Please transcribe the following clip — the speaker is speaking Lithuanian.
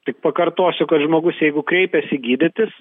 tik pakartosiu kad žmogus jeigu kreipiasi gydytis